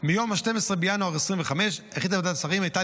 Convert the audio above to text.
מיום 12 בינואר 2025. החלטת ועדת השרים הייתה